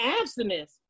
abstinence